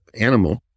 animal